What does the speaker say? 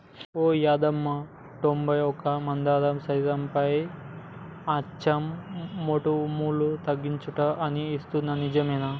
ఓ యాదమ్మ తొంబై ఒక్క మందార శరీరంపై అచ్చే మోటుములను తగ్గిస్తుందంట అని ఇన్నాను నిజమేనా